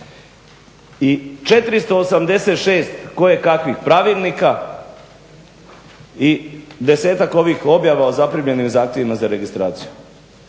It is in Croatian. i 486 kojekakvih pravilnika i 10-ak ovih objava o zaprimljenim zahtjevima za registraciju.